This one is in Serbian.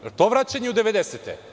Jel to vraćanje u 90-te?